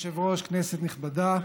גברתי היושבת-ראש, כנסת נכבדה,